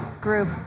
group